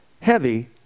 heavy